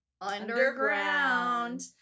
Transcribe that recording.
Underground